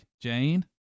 Jane